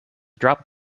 drop